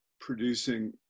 producing